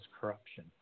corruption